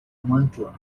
mantua